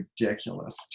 ridiculous